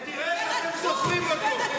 ותראה איך אתם זוכרים אותו.